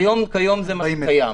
כיום זה קיים,